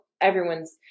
everyone's